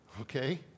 Okay